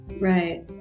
Right